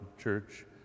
church